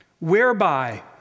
whereby